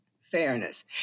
fairness